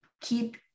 keep